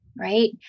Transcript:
Right